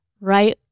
Right